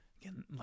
Again